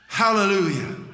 hallelujah